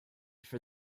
for